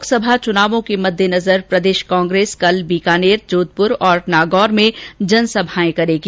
लोकसभा चुनावों के मद्देनजर प्रदेश कांग्रेस कल बीकानेर जोधपुर और नागौर में जनसभाएं करेगी